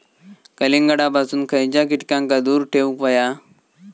कलिंगडापासून खयच्या कीटकांका दूर ठेवूक व्हया?